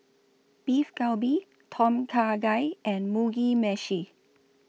Beef Galbi Tom Kha Gai and Mugi Meshi